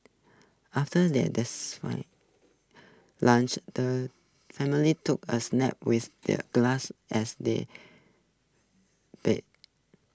after their lunch the family took A snap with the grass as their bed